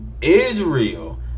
Israel